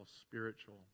spiritual